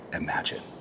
imagine